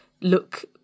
look